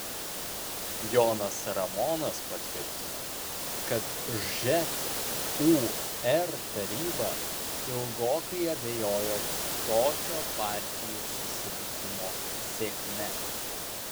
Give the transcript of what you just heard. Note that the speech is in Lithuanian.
jonas ramonas patvirtino kad žūr taryba ilgokai abejojo tokio partijų susirinkimo sėkme